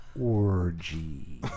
Orgy